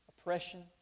oppression